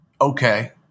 okay